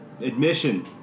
Admission